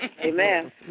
Amen